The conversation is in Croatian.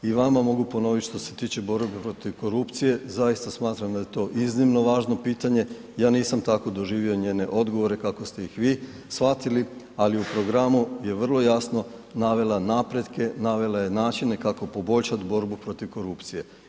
I vama mogu ponoviti, što se tiče borbe protiv korupcije, zaista smatram da je to iznimno važno pitanje, ja nisam tako doživio njene odgovore kako ste ih vi shvatili, ali u programu je vrlo jasno navela napretke, navela je načine kako poboljšati borbu protiv korupcije.